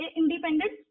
independent